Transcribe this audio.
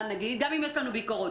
גם אם יש לנו ביקורות,